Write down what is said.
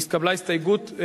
התקבלה הסתייגות.